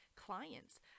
clients